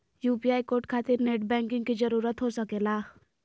UPI code खातिर net banking की जरूरत हो सके ला?